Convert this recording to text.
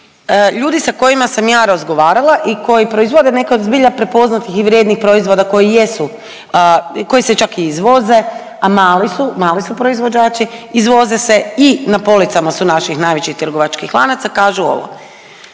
ljudi sa kojima sam ja razgovarala i koji proizvode neke od zbilja prepoznati i vrijednih proizvoda koji jesu, koji se čak i izvoze, a mali su, mali su proizvođači, izvoze se i na policama su naših najvećih trgovačkih lanaca kažu ovo.